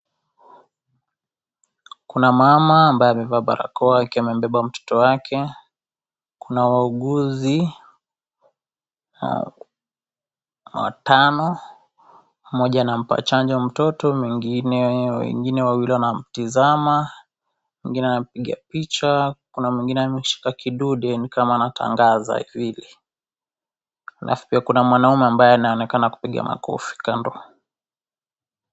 Kuna mama ambaye amevaa barakoa akiwa amembeba mtoto wake, kuna wauguzi watano, mmoja anampa chanjo mtoto mwingine wengine wawili wanamtizama mwingine anampiga picha kuna mwingine ameshika kidude ni kama anatangaza hivi hivi alafu pia kuna mwanaume ambaye anaonekana kupiga makofi kando.